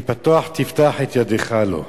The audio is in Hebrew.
כי פתֹח תפתח את ידך לו וְהַעֲבֵט,